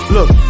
Look